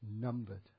numbered